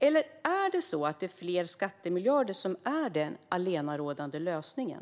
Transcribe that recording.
Eller är det fler skattemiljarder som är den allenarådande lösningen?